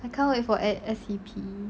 I can't wait for s~ S_E_P